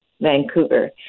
Vancouver